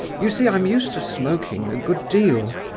you see, i'm used to smoking a good deal,